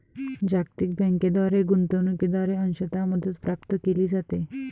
जागतिक बँकेद्वारे गुंतवणूकीद्वारे अंशतः मदत प्राप्त केली जाते